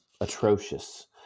atrocious